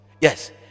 yes